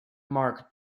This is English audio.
mark